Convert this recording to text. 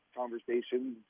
conversations